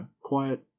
quiet